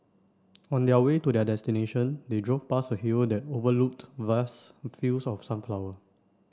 on their way to their destination they drove past a hill that overlooked vast fields of sunflower